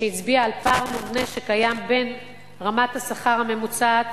שהצביע על פער מובנה בין רמת השכר הממוצעת